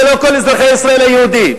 זה לא כל אזרחי ישראל היהודים,